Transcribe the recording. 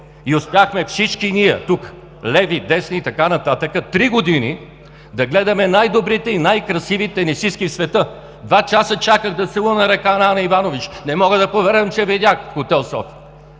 и успяхме всички ние тук – леви, десни и така нататък, три години да гледаме най-добрите и най-красиви тенисистки в света! Два часа чаках да целуна ръка на Ана Иванович, не мога да повярвам, че я видях в хотел „София“.